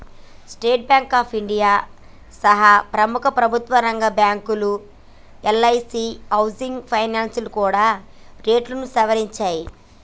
state Bank of India సహా ప్రముఖ ప్రభుత్వరంగ బ్యాంకులు, ఎల్ఐసీ హౌసింగ్ ఫైనాన్స్ కూడా రేట్లను సవరించాయి